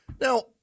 Now